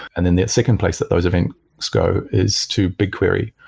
and then the second place that those events go is to bigquery,